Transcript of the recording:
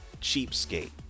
cheapskate